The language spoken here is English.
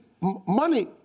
money